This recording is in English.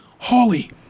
Holly